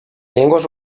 llengües